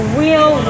real